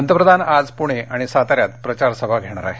पंतप्रधान आज पूणे आणि साताऱ्यात प्रचार सभा घेणार आहेत